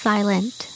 Silent